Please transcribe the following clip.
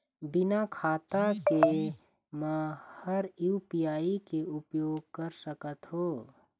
बिना खाता के म हर यू.पी.आई के उपयोग कर सकत हो?